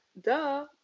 duh